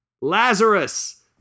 Lazarus